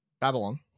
Babylon